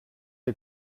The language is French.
des